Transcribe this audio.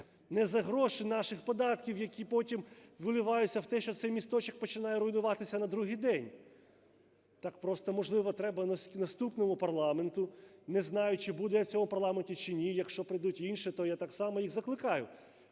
не за гроші наших податків, які потім виливаються в те, що цей місточок починає руйнуватися на другий день! Так просто, можливо, треба наступному парламенту – не знаю, чи буду я в цьому парламенті, чи ні, – якщо прийдуть інші, то я так само їх закликаю: